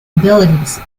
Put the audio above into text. abilities